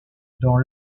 dans